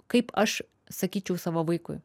kaip aš sakyčiau savo vaikui